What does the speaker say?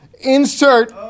Insert